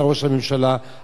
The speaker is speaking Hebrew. אבל צריך להמשיך הלאה,